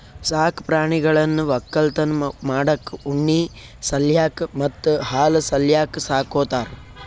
ಸಾಕ್ ಪ್ರಾಣಿಗಳನ್ನ್ ವಕ್ಕಲತನ್ ಮಾಡಕ್ಕ್ ಉಣ್ಣಿ ಸಲ್ಯಾಕ್ ಮತ್ತ್ ಹಾಲ್ ಸಲ್ಯಾಕ್ ಸಾಕೋತಾರ್